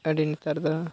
ᱟᱹᱰᱤ ᱱᱮᱛᱟᱨ ᱫᱚ